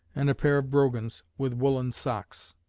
and a pair of brogans, with woollen socks.